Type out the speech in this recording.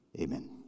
amen